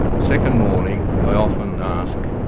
second morning i often ask,